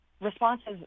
responses